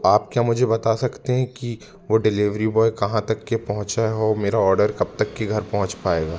आप क्या मुझे बता सकते हैं कि वो डिलीवरी बॉय कहाँ तक के पहुँचा हो मेरा आर्डर कब तक की घर पहुँच पाएगा